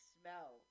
smell